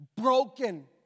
Broken